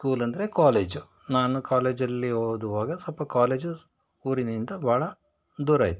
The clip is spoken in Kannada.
ಸ್ಕೂಲ್ ಅಂದರೆ ಕಾಲೇಜು ನಾನು ಕಾಲೇಜಲ್ಲಿ ಓದುವಾಗ ಸ್ವಲ್ಪ ಕಾಲೇಜು ಊರಿನಿಂದ ಬಹಳ ದೂರ ಇತ್ತು